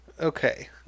Okay